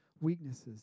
weaknesses